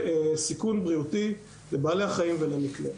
וסיכון בריאותי לבעלי החיים ולמקנה.